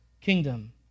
kingdom